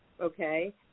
Okay